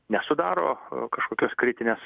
nesudaro kažkokios kritinės